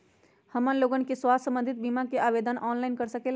हमन लोगन के स्वास्थ्य संबंधित बिमा का आवेदन ऑनलाइन कर सकेला?